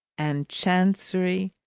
and chancery.